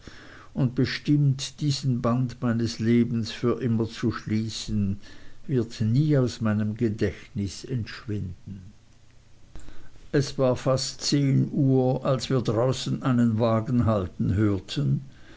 und bestimmt diesen band meines lebens für immer zu schließen wird nie aus meinem gedächtnis entschwinden es war fast zehn uhr als wir draußen einen wagen halten hörten